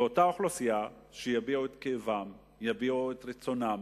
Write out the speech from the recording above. לאותה אוכלוסייה, שיביעו את כאבם, יביעו את רצונם,